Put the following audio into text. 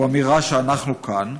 הוא אמירה שאנחנו כאן.